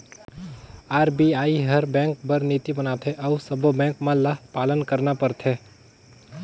RBI हर bank बर नीति बनाथे अउ सब्बों बेंक मन ल पालन करना परथे